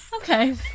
Okay